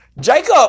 Jacob